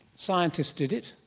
scientists did it.